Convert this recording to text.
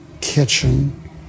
kitchen